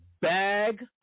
bag